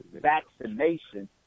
vaccination